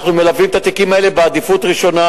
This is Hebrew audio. אנחנו מלווים את התיקים האלה בעדיפות ראשונה.